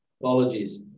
Apologies